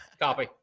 Copy